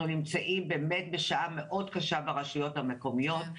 אנחנו נמצאים בשעה מאוד קשה ברשויות המקומיות.